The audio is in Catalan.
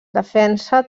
defensa